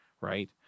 right